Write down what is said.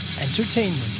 Entertainment